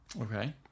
Okay